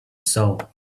saw